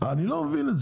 אני לא מבין,